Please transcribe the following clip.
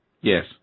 Yes